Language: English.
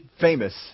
famous